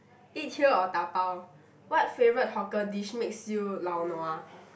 eat here or dabao what favourite hawker dish makes you lao nua